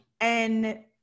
And-